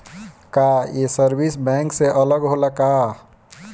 का ये service bank से अलग होला का?